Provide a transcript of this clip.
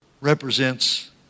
represents